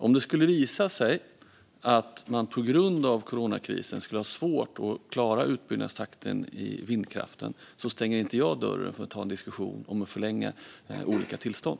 Om det skulle visa sig att man på grund av coronakrisen skulle ha svårt att klara utbyggnadstakten i vindkraften stänger inte jag dörren för att ta en diskussion om att förlänga olika tillstånd.